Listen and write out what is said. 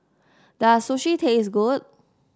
does Sushi taste good